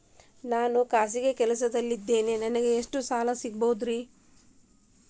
ನಾನು ಖಾಸಗಿ ಕೆಲಸದಲ್ಲಿದ್ದೇನೆ ನನಗೆ ಎಷ್ಟು ಸಾಲ ಸಿಗಬಹುದ್ರಿ?